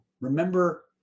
Remember